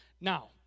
Now